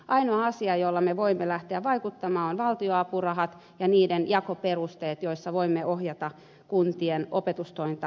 ainoa asia jolla me voimme lähteä vaikuttamaan on valtionapurahat ja niiden jakoperusteet joissa voimme ohjata kuntien opetustointa samaan suuntaan